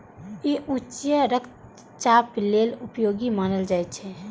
ई उच्च रक्तचाप लेल उपयोगी मानल जाइ छै